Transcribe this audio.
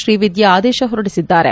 ಶ್ರೀ ವಿದ್ಯಾ ಆದೇಶ ಹೊರಡಿಸಿದ್ದಾರೆ